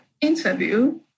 interview